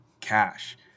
Cash